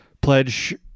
pledge